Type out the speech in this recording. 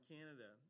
Canada